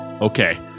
Okay